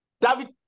David